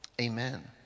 amen